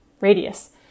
radius